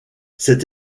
cet